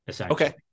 okay